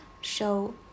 show